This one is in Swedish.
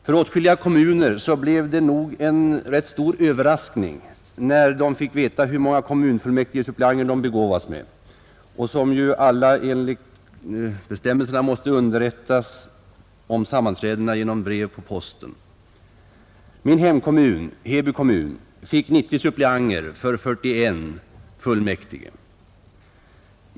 För åtskilliga kommuner blev det nog en rätt stor överraskning när de fick veta hur många kommunfullmäktigesuppleanter de hade begåvats med. Suppleanterna måste ju alla enligt bestämmelserna underrättas om sammanträdena genom brev på posten. fullmäktige.